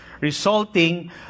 resulting